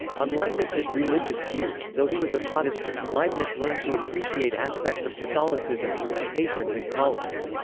on leibniz's religious views, though he was a protestant, leibniz learned to appreciate aspects of catholicism through his patrons and colleagues.